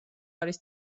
არის